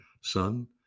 Son